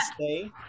stay